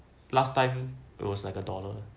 last time it was like a dollar